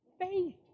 faith